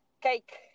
cake